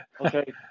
Okay